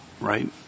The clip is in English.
right